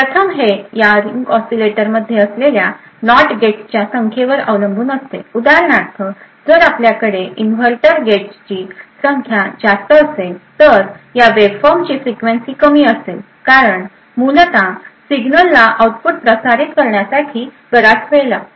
प्रथम हे या रिंग ऑसीलेटरमध्ये असलेल्या नॉट गेट्सच्या संख्येवर अवलंबून असते उदाहरणार्थ जर आपल्याकडे इनव्हर्टर गेट्सची संख्या जास्त असेल तर या वेव्हफॉर्मची फ्रिक्वेन्सी कमी असेल कारण मूलत सिग्नलला आउटपुट प्रसारित करण्यास बराच वेळ लागतो